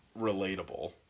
relatable